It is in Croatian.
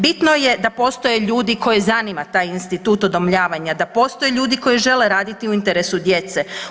Bitno je da postoje ljudi koje zanima taj institut udomljavanja, da postoje ljudi koji žele raditi u interesu djece.